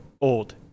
old